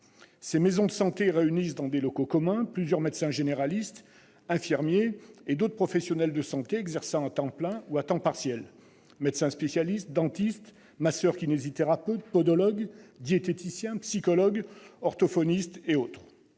Ces maisons de santé réunissent dans des locaux communs plusieurs médecins généralistes, infirmiers et d'autres professionnels de santé exerçant à temps plein ou à temps partiel : médecins spécialistes, dentistes, masseurs-kinésithérapeutes, podologues, diététiciens, psychologues, orthophonistes et autres